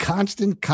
Constant